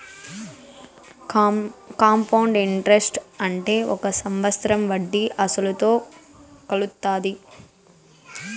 compound interest అంటే ఒక సంవత్సరం వడ్డీ అసలుతో కలుత్తాది